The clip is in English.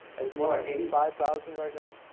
it's more like eighty five thousand right now.